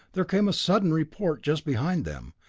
there came a sudden report just behind them,